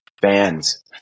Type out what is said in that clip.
fans